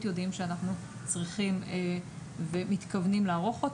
יודעים שאנחנו צריכים ומתכוונים לערוך.